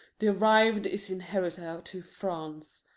derived is inheritor to france.